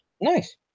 Nice